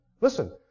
Listen